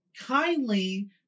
kindly